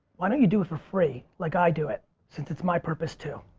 why don't you do it for free like i do it? since it's my purpose too.